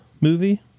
Movie